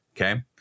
Okay